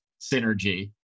synergy